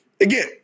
again